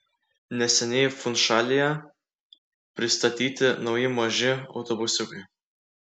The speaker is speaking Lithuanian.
neseniai funšalyje pristatyti nauji maži autobusiukai